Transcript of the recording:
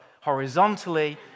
horizontally